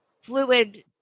fluid